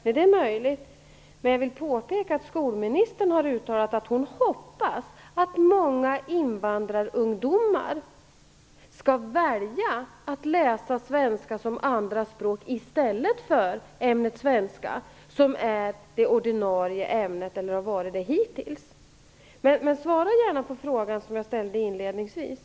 Nej, det är möjligt, men jag vill påpeka att skolministern har uttalat att hon hoppas att många invandrarungdomar skall välja att läsa svenska som andraspråk i stället för ämnet svenska, som är det ordinarie ämnet, eller har varit det hittills. Men svara gärna på den fråga som jag ställde inledningsvis!